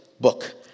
book